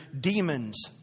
demons